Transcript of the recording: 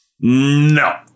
No